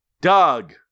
Doug